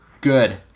Good